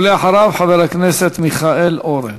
ואחריו, חבר הכנסת מיכאל אורן.